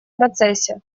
процессе